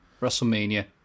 WrestleMania